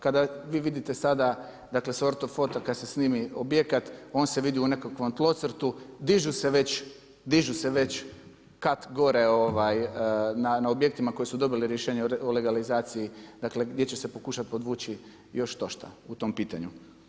Kada vi vidite sada s ortofoto kada se snimi objekat on se vidi u nekakvom tlocrtu, dižu se već kat gore na objektima koja su dobili rješenja o legalizaciji gdje će se pokušati podvući još štošta u tom pitanju.